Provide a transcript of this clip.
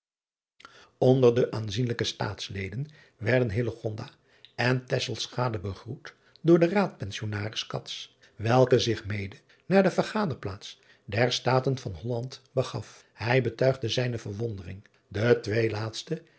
nder de aanzienlijke taatsleden werden en begroet door den aadpensionaris welke zich mede naar de ergaderplaats der taten van olland begaf ij betuigde zijne verwondering de twee laatste